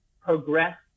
Progress